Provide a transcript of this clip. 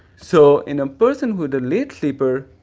so in a person who's a late sleeper,